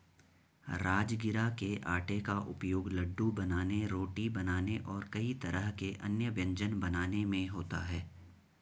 राजगिरा के आटे का उपयोग लड्डू बनाने रोटी बनाने और कई तरह के अन्य व्यंजन बनाने में होता है